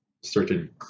certain